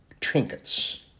Trinkets